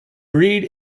breed